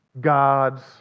God's